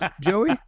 Joey